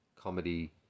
comedy